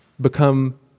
become